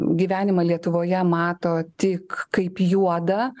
gyvenimą lietuvoje mato tik kaip juodą